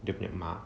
dia punya mak